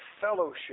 fellowship